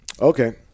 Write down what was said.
okay